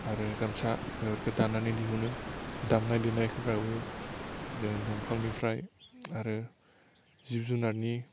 आरो गामसा बेफोरखौ दानानै दिहुनो दामनाय देनायफोराबो जोङो दंफांनिफ्राय आरो जिब जुनादनि